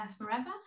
forever